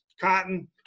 cotton